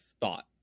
thought